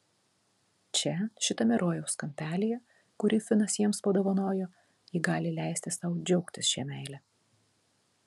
čia šitame rojaus kampelyje kurį finas jiems padovanojo ji gali leisti sau džiaugtis šia meile